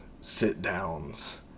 sit-downs